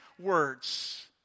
words